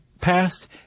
passed